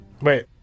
Wait